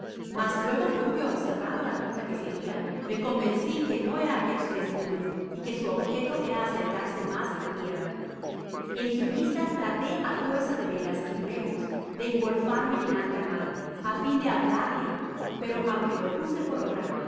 mas luego que hube observado la ruta que seguia me convencí que no era aquel su destino y que su objeto era acercarse mas á tierra en su vista traté á fuerza de velas y remos de engolfarme en alta mar á fia de hablarle pero aunque jopusepor obra